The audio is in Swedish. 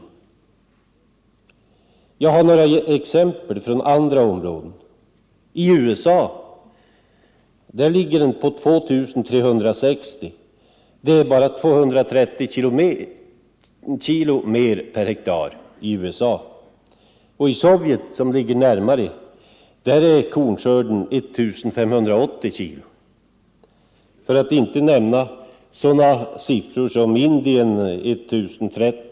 Som jämförelse kan jag nämna några exempel från andra områden: I USA är siffran för kornskörden 2 360 kilo — det är således bara 230 kilo mer per hektar i USA —- och i Sovjet som ligger närmare oss är kornskörden 1 580 kilo, för att inte nämna Indiens 1030 kilo hektar osv.